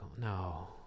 no